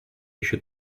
еще